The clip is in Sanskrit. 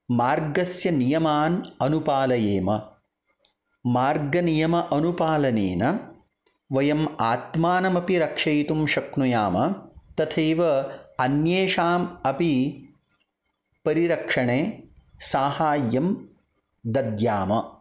मार्गस्य नियमान् अनुपालयेम मार्गनियम अनुपालनेन वयम् आत्मानमपि रक्षयितुं शक्नुयाम तथैव अन्येषाम् अपि परिरक्षणे साहाय्यं दद्याम